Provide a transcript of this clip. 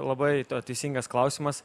labai teisingas klausimas